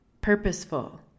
purposeful